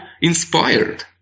inspired